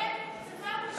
לעשות את העבודה.